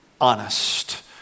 honest